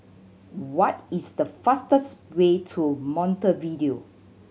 what is the fastest way to Montevideo